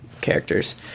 characters